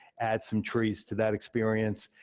adds some trees to that experience,